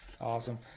awesome